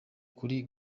kuri